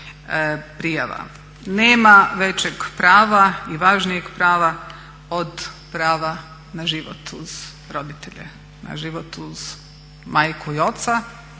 Nema većeg prava i važnijeg prava od prava na život uz roditelje, na život uz majku i oca